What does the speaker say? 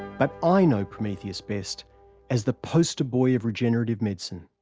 but i know prometheus best as the poster boy of regenerative medicine.